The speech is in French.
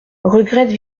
regrette